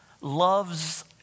loves